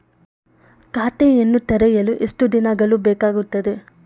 ಖಾತೆಯನ್ನು ತೆರೆಯಲು ಎಷ್ಟು ದಿನಗಳು ಬೇಕಾಗುತ್ತದೆ?